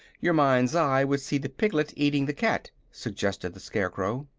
your mind's eye would see the piglet eating the cat, suggested the scarecrow.